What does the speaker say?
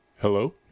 Hello